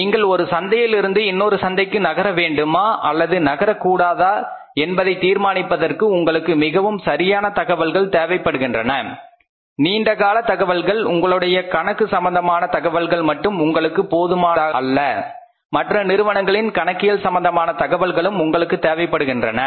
நீங்கள் ஒரு சந்தையில் இருந்து இன்னொரு சந்தைக்கு நகர வேண்டுமா அல்லது நகர் கூடாதா என்பதை தீர்மானிப்பதற்கு உங்களுக்கு மிகவும் சரியான தகவல்கள் தேவைப்படுகின்றன நீண்டகால தகவல்கள் உங்களுடைய கணக்கு சம்பந்தமான தகவல்கள் மட்டும் உங்களுக்கு போதுமானது அல்ல மற்ற நிறுவனங்களின் கணக்கியல் சம்பந்தமான தகவல்களும் உங்களுக்கு தேவைப்படுகின்றன